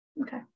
Okay